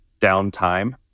downtime